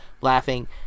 laughing